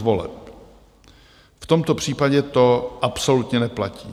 V tomto případě to absolutně neplatí.